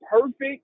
perfect